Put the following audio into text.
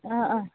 ꯑꯥ ꯑꯥ